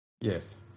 Yes